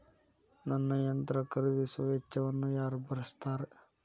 ನನ್ನ ಯಂತ್ರ ಖರೇದಿಸುವ ವೆಚ್ಚವನ್ನು ಯಾರ ಭರ್ಸತಾರ್?